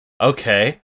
Okay